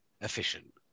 efficient